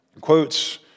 quotes